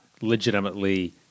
legitimately